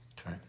okay